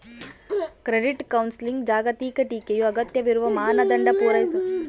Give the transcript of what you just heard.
credit ಕೌನ್ಸೆಲಿಂಗ್ನ ಜಾಗತಿಕ ಟೀಕೆಯು ಅಗತ್ಯವಿರುವ ಮಾನದಂಡ ಪೂರೈಸಲು ಅರಿವು ಮೂಡಿಸಲು ವಿಫಲವಾಗೈತಿ